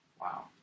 Wow